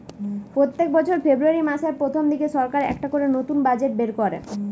পোত্তেক বছর ফেব্রুয়ারী মাসের প্রথম দিনে সরকার একটা করে নতুন বাজেট বের কোরে